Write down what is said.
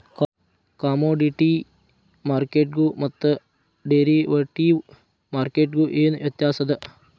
Commodity ಮಾರ್ಕೆಟ್ಗು ಮತ್ತ derivative ಮಾರ್ಕೆಟ್ಗು ಏನ್ ವ್ಯತ್ಯಾಸದ?